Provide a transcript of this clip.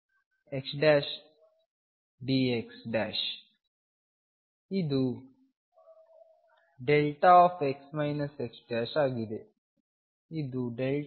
ಇದು δx x ಆಗಿದೆ ಇದು δx x